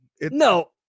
No